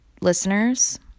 listeners